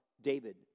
David